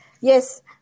Yes